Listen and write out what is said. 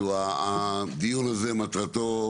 הדיון הזה, מטרתו,